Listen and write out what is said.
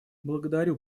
благодарю